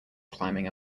climbing